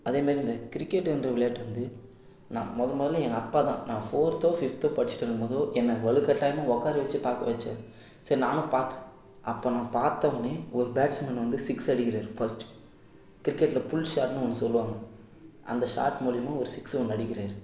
அதே மாதிரி அந்த கிரிக்கெட்டுங்ற விளையாட்டு வந்து நான் மொதல் முதல்ல எங்கள் அப்பா தான் நான் ஃபோர்த்தோ ஃபிஃப்தோ படிச்சுட்டு இருக்கும் போதே என்னை வலுக்கட்டாயமாக உட்கார வச்சு பார்க்க வைச்சாரு சரி நானும் பார்த்தேன் அப்போ நான் பார்த்தோன்னே ஒரு பேட்ஸ் மேன் வந்து சிக்ஸ் அடிக்கிறார் ஃபஸ்ட்டு கிரிக்கெட்டில் புல்ஸாட்னு ஒன்று சொல்லுவாங்க அந்த ஸாட் மூலயமா ஒரு சிக்ஸ்ஸு ஒன்று அடிக்கிறார்